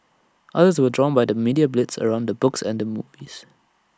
others were drawn by the media blitz around the books and movies